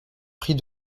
pris